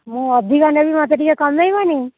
ମୁଁ ଅଧିକ ନେବି ମତେ ଟିକେ କମେଇବନି